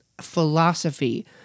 philosophy